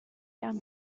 down